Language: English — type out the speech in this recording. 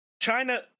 China